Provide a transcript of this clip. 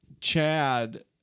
Chad